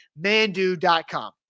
Mandu.com